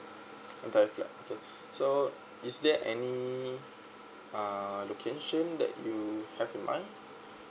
entire flat okay so is there any uh location that you have in mind